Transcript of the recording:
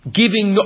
giving